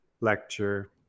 lecture